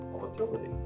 volatility